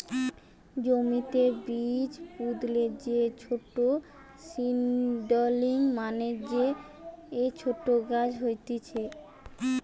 জমিতে বীজ পুতলে যে ছোট সীডলিং মানে যে ছোট গাছ হতিছে